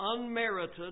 unmerited